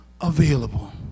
available